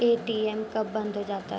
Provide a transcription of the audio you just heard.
ATM कब बंद हो जाता हैं?